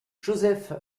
joseph